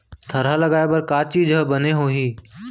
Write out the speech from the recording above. थरहा लगाए बर का बीज हा बने होही?